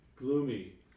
gloomy